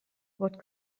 what